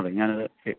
അത് ഞാനത്